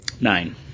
nine